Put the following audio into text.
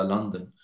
London